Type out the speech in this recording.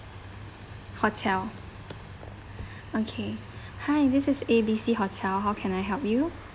hotel okay hi this is A_B_C hotel how can I help you